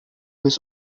this